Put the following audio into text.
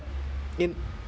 in